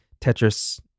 tetris